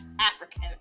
African